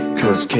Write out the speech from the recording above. cause